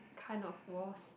kind of was